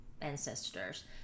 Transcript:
ancestors